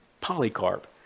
Polycarp